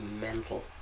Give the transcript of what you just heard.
Mental